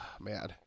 man